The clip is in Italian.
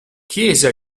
chiese